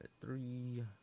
three